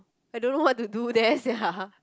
I don't know what to do there sia